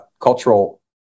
cultural